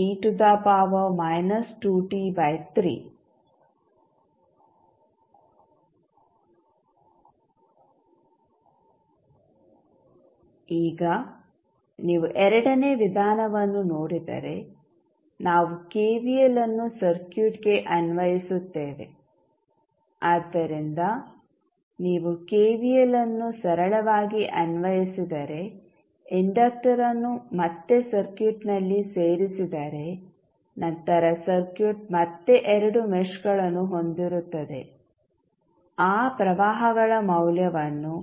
ಈಗ ನೀವು ಎರಡನೇ ವಿಧಾನವನ್ನು ನೋಡಿದರೆ ನಾವು ಕೆವಿಎಲ್ಅನ್ನು ಸರ್ಕ್ಯೂಟ್ಗೆ ಅನ್ವಯಿಸುತ್ತೇವೆ ಆದ್ದರಿಂದ ನೀವು ಕೆವಿಎಲ್ಅನ್ನು ಸರಳವಾಗಿ ಅನ್ವಯಿಸಿದರೆ ಇಂಡಕ್ಟರ್ ಅನ್ನು ಮತ್ತೆ ಸರ್ಕ್ಯೂಟ್ನಲ್ಲಿ ಸೇರಿಸಿದರೆ ನಂತರ ಸರ್ಕ್ಯೂಟ್ ಮತ್ತೆ ಎರಡು ಮೆಶ್ಗಳನ್ನು ಹೊಂದಿರುತ್ತದೆ ಆ ಪ್ರವಾಹಗಳ ಮೌಲ್ಯವನ್ನು